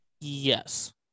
Yes